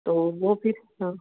तो वह फिर हाँ